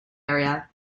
area